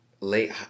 late